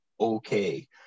okay